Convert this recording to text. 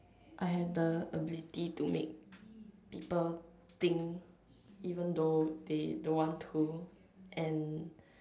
I have the ability to make people think even though they don't want to and